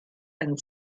and